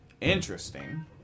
Interesting